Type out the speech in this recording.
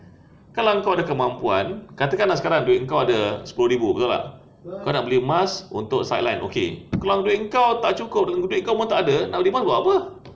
kalau kau ada kemampuan katakan lah sekarang duit kau ada sepuluh ribu betul tak kau nak beli emas untuk sideline okay kalau duit kau tak cukup duit kau pun tak ada nak beli emas buat apa